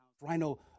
Rhino